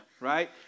right